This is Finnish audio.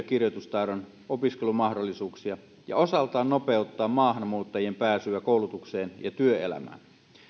kirjoitustaidon opiskelumahdollisuuksia ja osaltaan nopeuttaa maahanmuuttajien pääsyä koulutukseen ja työelämään